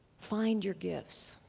find your gifts.